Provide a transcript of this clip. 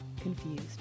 Confused